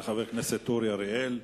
תודה לחבר הכנסת אורי אריאל.